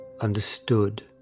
understood